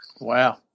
Wow